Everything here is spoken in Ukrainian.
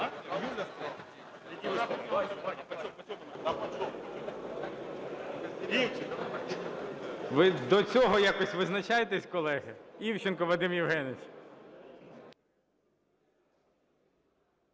Ви до цього якось визначайтесь, колеги. Івченко Вадим Євгенович.